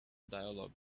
dialog